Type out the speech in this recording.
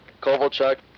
Kovalchuk